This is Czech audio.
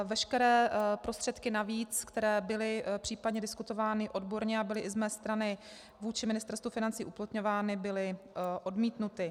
Veškeré prostředky navíc, které byly případně diskutovány odborně a byly i z mé strany vůči Ministerstvu financí uplatňovány, byly odmítnuty.